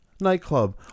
nightclub